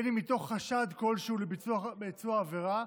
מתוך חשד כלשהו לביצוע עבירה,